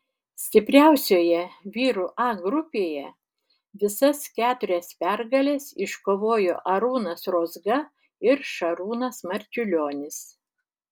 stipriausioje vyrų a grupėje visas keturias pergales iškovojo arūnas rozga ir šarūnas marčiulionis